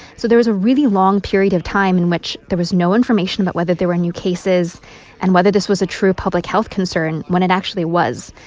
so there was a really long period of time in which there was no information about but whether there were new cases and whether this was a true public health concern when it actually was.